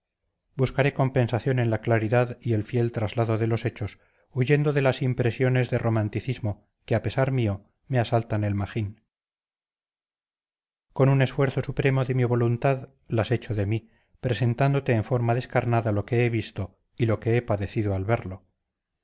buscaré compensación en la claridad y el fiel traslado de los hechos huyendo de las impresiones de romanticismo que a pesar mío me asaltan el magín con un esfuerzo supremo de mi voluntad las echo de mí presentándote en forma descarnada lo que he visto y lo que he padecido al verlo